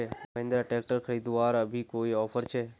Mahindra tractor खरीदवार अभी कोई ऑफर छे?